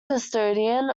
custodian